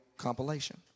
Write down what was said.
compilation